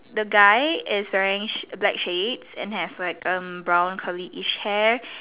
the guy is wearing she black shades and have like brown churlish hair